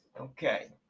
okay